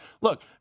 look